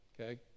okay